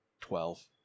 Twelve